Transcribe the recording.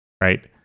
right